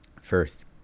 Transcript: first